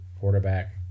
quarterback